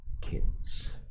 kids